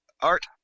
art